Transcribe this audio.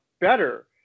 better